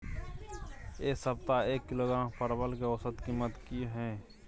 ऐ सप्ताह एक किलोग्राम परवल के औसत कीमत कि हय?